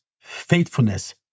faithfulness